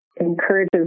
encourages